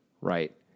right